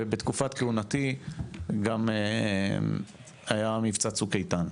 ובתקופת כהונתי היה גם מבצע "צוק איתן",